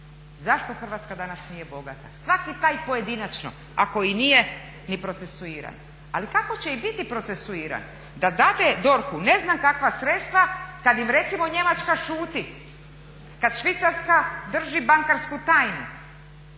zašto Hrvatska danas nije bogata. Svaki taj pojedinačno, a koji nije ni procesuiran ali kako će i biti procesuiran, da dade DORH-u ne znam kakva sredstva kad im recimo Njemačka šuti, kad Švicarska drži bankarsku tajnu